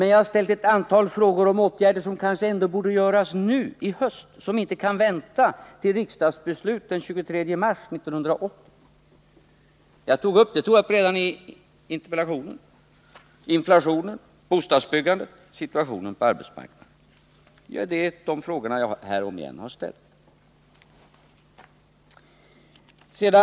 Men jag har ställt ett antal frågor om åtgärder som kanske ändå borde vidtas nu i höst, som inte kan vänta till riksdagsbeslut den 23 mars 1980. Det är frågor som jag tog upp redan i min interpellation och som gäller inflationen, bostadsbyggandet, situationen på arbetsmarknaden. Dessa frågor har jag alltså här ställt om igen.